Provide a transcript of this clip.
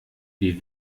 wie